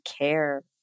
care